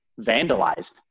vandalized